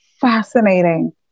fascinating